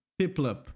Piplup